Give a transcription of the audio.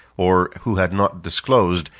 or who had not disclosed,